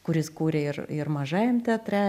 kuris kūrė ir ir mažajam teatre